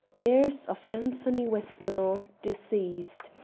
heirs of anthony westonhaugh, deceased,